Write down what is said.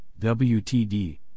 WTD